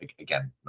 again